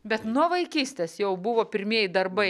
bet nuo vaikystės jau buvo pirmieji darbai